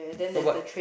no but